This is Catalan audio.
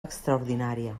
extraordinària